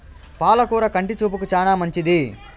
పాల కూర కంటి చూపుకు చానా మంచిది